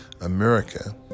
America